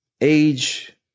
Age